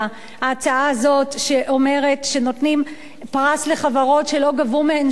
ההצעה הזאת שאומרת שנותנים פרס לחברות שלא גבו מהן שומות.